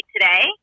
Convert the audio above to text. today